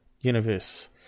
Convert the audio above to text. universe